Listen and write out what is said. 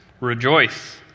rejoice